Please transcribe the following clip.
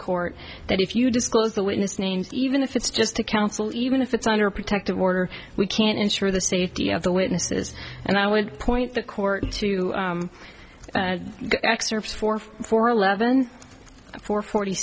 court that if you disclose the witness names even if it's just to counsel even if it's under protective order we can't ensure the safety of the witnesses and i would point the court to excerpts for four eleven four forty